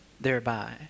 thereby